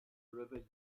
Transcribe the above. river